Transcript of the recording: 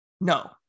No